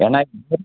ஏன்னா